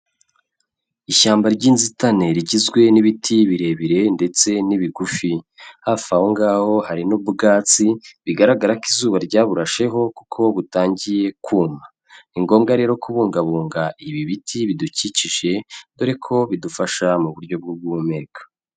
Ishyamba ry'inzitane rigizwe n'ibiti birebire ndetse n'ibigufi, hafi aho ngaho hari n'ubwatsi bigaragara ko izuba ryaburasheho kuko butangiye kuma. Ni ngombwa rero kubungabunga ibi biti bidukikije dore ko bidufasha mu buryo bwo guhumeka.